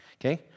okay